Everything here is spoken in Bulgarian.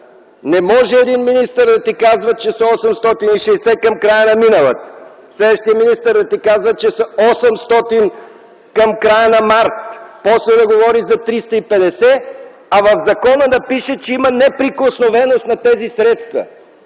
Не може един министър да ти казва, че са 860 към края на миналата година, следващият министър да ти казва, че са 800 към края на март, после да говори за 350, а в закона да пише, че има неприкосновеност на тези средства.